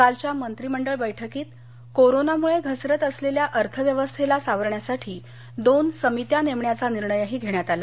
कालच्या मंत्रिमंडळ बैठकीत कोरोनामुळे घसरत असलेल्या अर्थव्यवस्थेला सावरण्यासाठी दोन समित्या नेमण्याचा निर्णयही घेण्यात आला